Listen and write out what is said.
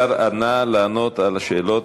השר עלה לענות על השאלות.